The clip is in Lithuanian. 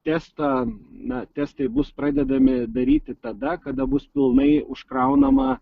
testą na testai bus pradedami daryti tada kada bus pilnai užkraunama